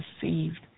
deceived